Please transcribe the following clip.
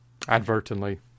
Advertently